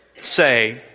say